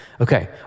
Okay